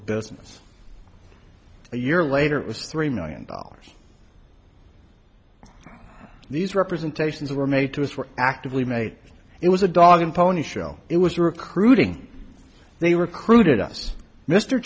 business a year later it was three million dollars these representations were made to us were actively made it was a dog and pony show it was a recruiting they recruited us mr